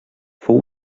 fou